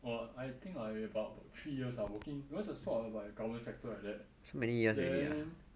!wah! I think I about three years ah working because I sort of like government sector like that then